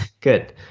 good